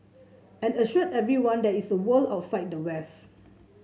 and assured everyone there is a world outside the west